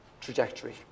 trajectory